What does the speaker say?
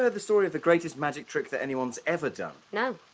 ah the story of the greatest magic trick that anyone's ever done? no,